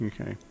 Okay